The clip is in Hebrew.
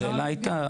השאלה הייתה